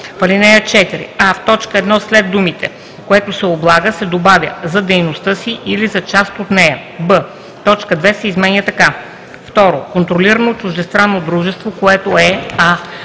В ал. 4: а) в т. 1 след думите „което се облага“ се добавя „за дейността си или за част от нея“. б) точка 2 се изменя така: „2. Контролирано чуждестранно дружество, което е: